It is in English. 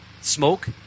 smoke